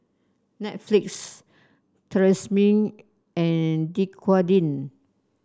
Netflix Tresemme and Dequadin